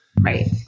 Right